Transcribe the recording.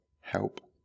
help